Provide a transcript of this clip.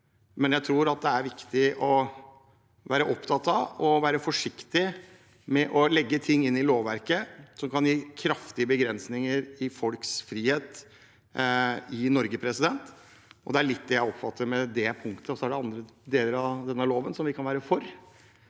men jeg tror det er viktig å være opptatt av å være forsiktig med å legge inn hjemler i lovverket som kan gi kraftige begrensninger i folks frihet i Norge. Det er litt det jeg oppfatter med det punktet. Så er det andre deler av denne loven som vi kan være for.